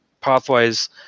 Pathways